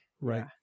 right